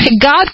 God